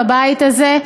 בבית הזה,